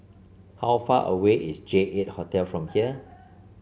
how far away is J eight Hotel from here